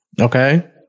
Okay